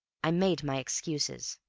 i made my excuses,